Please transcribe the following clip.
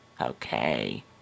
Okay